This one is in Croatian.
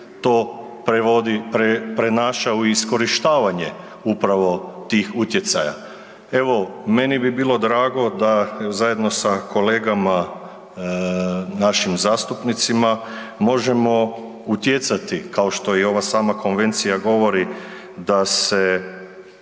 prenaša u iskorištavanje upravo tih utjecaja. Evo, meni bi bilo drago da zajedno sa kolegama našim zastupnicima možemo utjecati kao što i ova sama konvencija govori da se